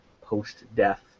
post-death